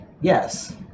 Yes